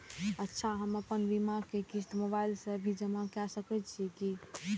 अच्छा हम आपन बीमा के क़िस्त मोबाइल से भी जमा के सकै छीयै की?